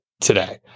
today